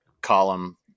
column